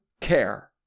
Care